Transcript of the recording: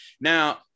now